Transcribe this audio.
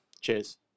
Cheers